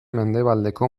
mendebaldeko